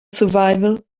survival